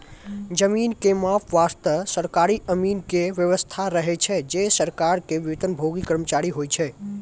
जमीन के माप वास्तॅ सरकारी अमीन के व्यवस्था रहै छै जे सरकार के वेतनभागी कर्मचारी होय छै